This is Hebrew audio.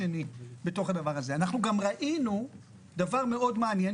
אנחנו גם ראינו דבר מאוד מעניין,